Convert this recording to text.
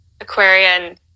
Aquarian –